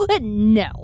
no